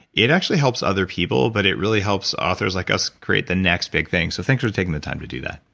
it actually helps other people but it really helps authors like us create the next big thing. so thanks for taking the time to do that